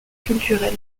culturel